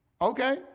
Okay